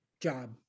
job